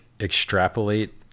extrapolate